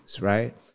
Right